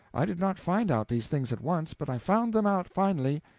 i did not find out these things at once, but i found them out finally.